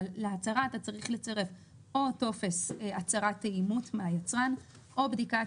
להצהרה את צריך לצרף טופס הצהרת תאימות מהיצרן או בדיקת